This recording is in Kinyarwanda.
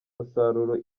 musaruro